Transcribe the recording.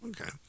Okay